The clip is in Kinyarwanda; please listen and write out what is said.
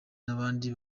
n’abandi